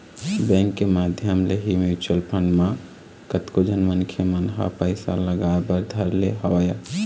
bank के माधियम ले ही म्यूचुवल फंड म कतको झन मनखे मन ह पइसा लगाय बर धर ले हवय